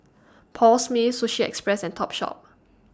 Paul Smith Sushi Express and Topshop